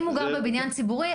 אם הוא גר בבניין ציבורי,